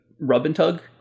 rub-and-tug